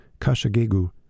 kashagegu